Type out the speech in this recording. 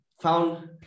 found